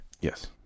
Yes